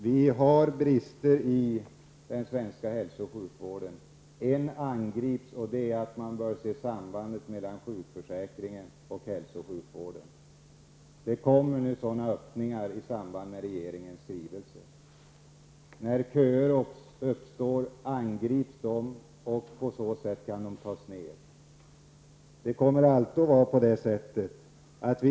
Visst finns det brister i den svenska hälso och sjukvården. En av dem angrips speciellt, nämligen att man inte ser något samband mellan sjukförsäkringen och hälso och sjukvården. Öppningar på det området presenteras i regeringens skrivelse. När köer uppstår angrips dessa och kan kortas ned.